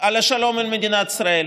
על השלום עם מדינת ישראל.